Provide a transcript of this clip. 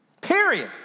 Period